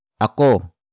ako